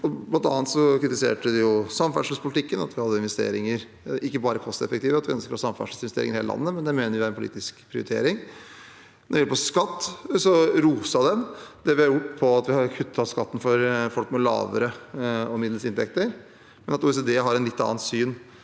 Blant annet kritiserte de samferdselspolitikken og at vi hadde investeringer som ikke bare var kosteffektive, men at vi ønsket å ha samferdselsinvesteringer i hele landet – men det mener vi er en politisk prioritering. Når det gjelder skatt, roste de det vi har gjort med at vi har kuttet skatten for folk med lavere og middels inntekter, men at OECD har et litt annet syn